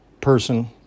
person